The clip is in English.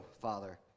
Father